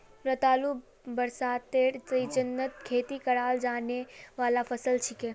रतालू बरसातेर सीजनत खेती कराल जाने वाला फसल छिके